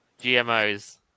GMOs